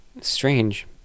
Strange